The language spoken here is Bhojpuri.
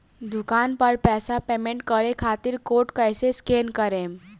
दूकान पर पैसा पेमेंट करे खातिर कोड कैसे स्कैन करेम?